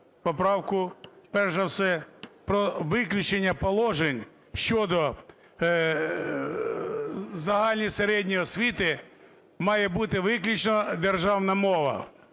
поправку перш за все про виключення положень щодо загальної середньої освіти має бути виключно державна мова.